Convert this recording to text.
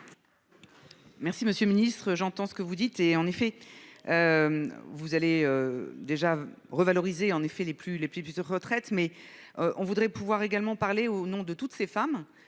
Merci monsieur Ministre j'entends ce que vous dites est en effet. Vous allez déjà revalorisé en effet les plus les plus plus de retraite mais on voudrait pouvoir également parler au nom de toutes ces femmes